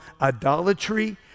idolatry